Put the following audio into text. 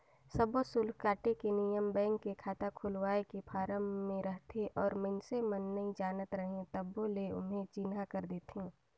सब्बो सुल्क काटे के नियम बेंक के खाता खोलवाए के फारम मे रहथे और मइसने मन नइ जानत रहें तभो ले ओम्हे चिन्हा कर देथे